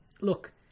Look